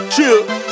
Chill